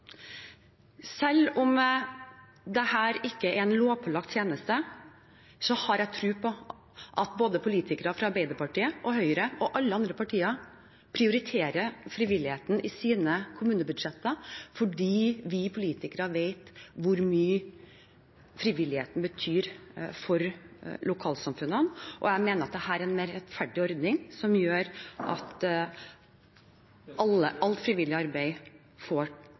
Selv om dette ikke er en lovpålagt tjeneste, har jeg tro på at politikere fra både Arbeiderpartiet, Høyre og alle andre partier prioriterer frivilligheten i sine kommunebudsjetter fordi vi politikere vet hvor mye frivilligheten betyr for lokalsamfunnene. Jeg mener at dette er en mer rettferdig ordning , som gjør at alt frivillig arbeid får